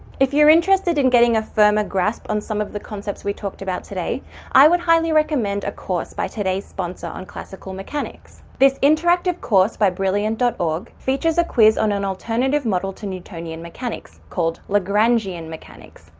if you're interested in getting a firmer grasp on some of the concepts we talked about today i would highly recommend a course by today's sponsor on classical mechanics. this interactive interactive course by brilliant dot org features a quiz on an alternative model to newtonian mechanics called lagrangian mechanics,